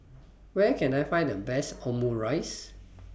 Where Can I Find The Best Omurice